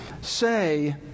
say